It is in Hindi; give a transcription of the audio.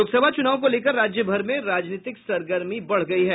लोकसभा चुनाव को लेकर राज्य भर में राजनीतिक सरगर्मी बढ़ गयी है